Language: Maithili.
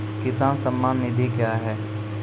किसान सम्मान निधि क्या हैं?